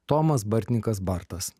tomas bartninkas bartas